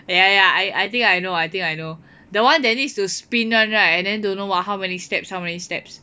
ya ya ya I I think I know I think I know the one that needs to spin [one] right and then don't know walk how many steps how many steps